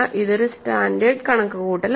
ഇതൊരു സ്റ്റാൻഡേർഡ് കണക്കുകൂട്ടലാണ്